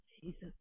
Jesus